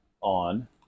on